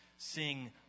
Sing